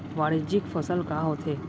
वाणिज्यिक फसल का होथे?